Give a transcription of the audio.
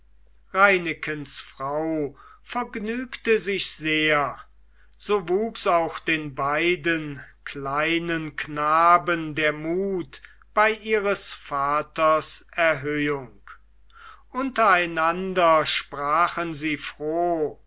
reinekens frau vergnügte sich sehr so wuchs auch den beiden kleinen knaben der mut bei ihres vaters erhöhung untereinander sprachen sie froh